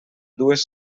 dues